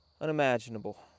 unimaginable